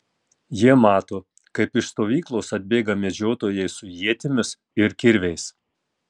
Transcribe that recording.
jie mato kaip iš stovyklos atbėga medžiotojai su ietimis ir kirviais